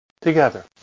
Together